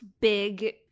big